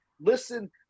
listen